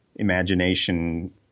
imagination